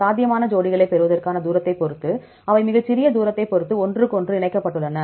சாத்தியமான ஜோடிகளைப் பெறுவதற்கான தூரத்தைப் பொறுத்து அவை மிகச்சிறிய தூரத்தைப் பொறுத்து ஒன்றுக்கொன்று இணைக்கப்பட்டுள்ளன